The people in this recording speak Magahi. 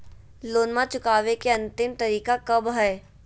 लोनमा चुकबे के अंतिम तारीख कब हय?